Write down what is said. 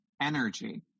energy